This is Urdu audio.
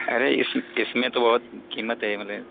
ارے اس اس میں تو بہت قیمت ہے